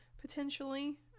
potentially